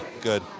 good